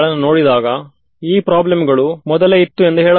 so ಈಗ ನನಗೆ ಇದರೊಳಗೆ ಇರುವ ಎಲ್ಲವೂ ತಿಳಿದಿದೆ